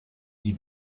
die